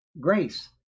grace